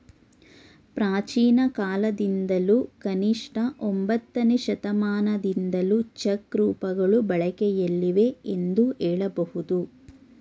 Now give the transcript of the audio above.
ಪ್ರಾಚೀನಕಾಲದಿಂದಲೂ ಕನಿಷ್ಠ ಒಂಬತ್ತನೇ ಶತಮಾನದಿಂದಲೂ ಚೆಕ್ ರೂಪಗಳು ಬಳಕೆಯಲ್ಲಿವೆ ಎಂದು ಹೇಳಬಹುದು